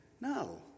No